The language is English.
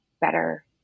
better